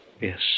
Yes